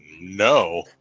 no